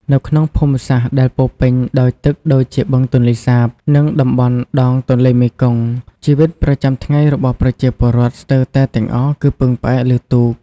នៅក្នុងភូមិសាស្រ្តដែលពោរពេញដោយទឹកដូចជាបឹងទន្លេសាប និងតំបន់ដងទន្លេមេគង្គ ជីវិតប្រចាំថ្ងៃរបស់ប្រជាពលរដ្ឋស្ទើរតែទាំងអស់គឺពឹងផ្អែកលើទូក។